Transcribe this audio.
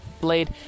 Blade